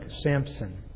Samson